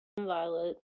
Violet